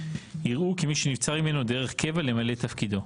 יראוהו כמי שנבצר ממנו דרך קבע למלא את תפקידו.